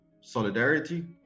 Solidarity